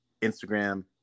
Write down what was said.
instagram